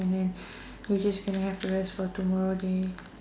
and then we just gonna have to rest for tomorrow day